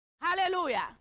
Hallelujah